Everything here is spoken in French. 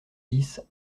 dix